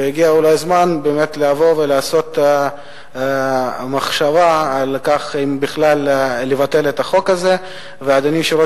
ואולי הגיע הזמן באמת לבוא ולחשוב אם לבטל את החוק הזה בכלל.